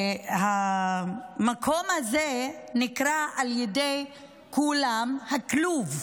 המקום הזה נקרא על ידי כולם "הכלוב".